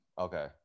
okay